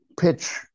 pitch